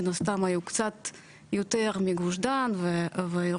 מן הסתם היו קצת יותר מגוש דן וירושלים,